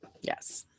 Yes